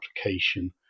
application